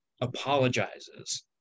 apologizes